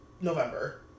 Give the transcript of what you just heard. November